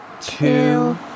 two